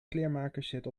kleermakerszit